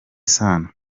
sano